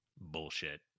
Bullshit